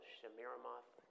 Shemiramoth